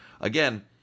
again